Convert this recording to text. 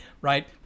right